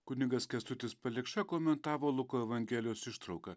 kunigas kęstutis palikša komentavo luko evangelijos ištrauką